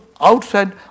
outside